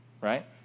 right